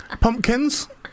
Pumpkins